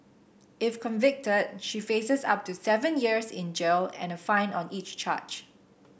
if convicted she faces up to seven years in jail and fine on each charge